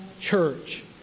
church